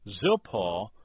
Zilpah